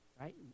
right